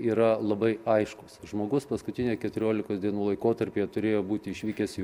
yra labai aiškus žmogus paskutinę keturiolikos dienų laikotarpyje turėjo būti išvykęs į